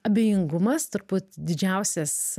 abejingumas turbūt didžiausias